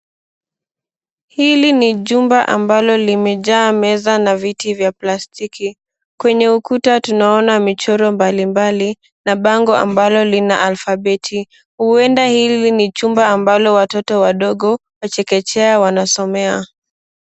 Hili ni jumba ambalo limejaa meza na viti vya plastiki kwenye ukuta tunaona michoro mbali mbali na bango ambalo lina alphabeti huenda hili ni jumba ambalo watoto wadogo wa chekechea wanasomea.